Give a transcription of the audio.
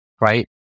right